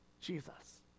Jesus